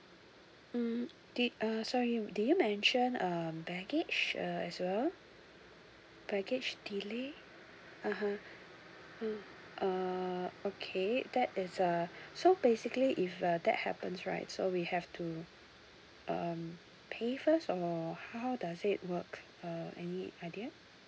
mm okay uh sorry do you mention um baggage uh as well baggage delay uh (huh) mm uh okay that is uh so basically if uh that happens right so we have to um pay first or how does it work uh any idea